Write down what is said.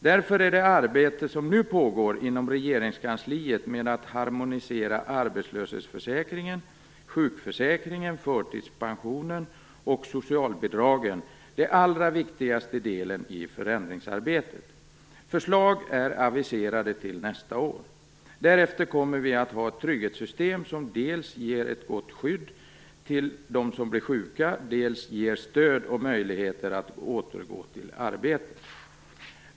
Därför är det arbete som nu pågår inom regeringskansliet med att harmonisera arbetslöshetsförsäkringen, sjukförsäkringen, förtidspensionen och socialbidragen den allra viktigaste delen i förändringsarbetet. Förslag är aviserade till nästa år. Därefter kommer vi att ha ett trygghetssystem som dels ger ett gott skydd till dem som blir sjuka, dels ger stöd och möjligheter att återgå till arbetet.